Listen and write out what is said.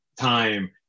time